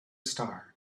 star